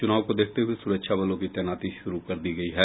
चुनाव को देखते हुये सुरक्षा बलों की तैनाती शुरू कर दी गयी है